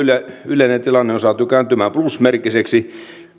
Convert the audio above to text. yleinen tilanne on saatu kääntymään plusmerkkiseksi